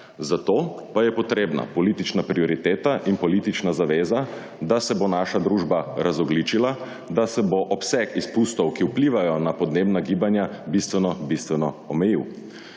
Za to pa je potrebna politična prioriteta in politična zaveza, da se bo naša družba razogljičila, da se bo obseg izpustov, ki vplivajo na podnebna gibanja, bistveno,